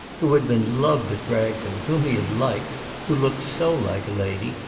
who had been loved at bragton, whom he had liked, who looked so like a lady,